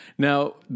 Now